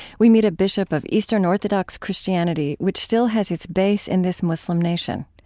we meet a bishop of eastern orthodox christianity, which still has its base in this muslim nation.